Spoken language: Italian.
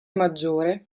maggiore